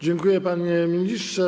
Dziękuję, panie ministrze.